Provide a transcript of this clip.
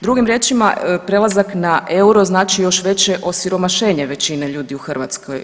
Drugim riječima prelazak na EUR-o znači još veće osiromašenje većine ljudi u Hrvatskoj.